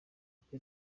nk’uko